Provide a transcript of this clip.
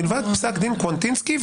מלבד פסק דין קוונטינסקי,